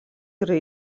yra